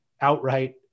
outright